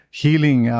healing